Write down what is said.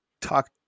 talk